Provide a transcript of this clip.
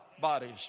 bodies